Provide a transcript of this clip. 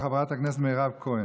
חברת הכנסת מירב כהן.